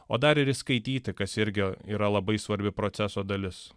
o dar ir įskaityti kas irgi yra labai svarbi proceso dalis